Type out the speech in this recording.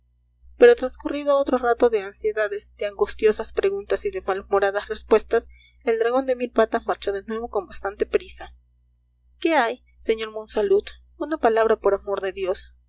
pero transcurrido otro rato de ansiedades de angustiosas preguntas y de mal humoradas respuestas el dragón de mil patas marchó de nuevo con bastante prisa qué hay sr monsalud una palabra por amor de dios